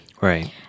Right